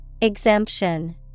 Exemption